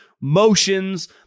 motions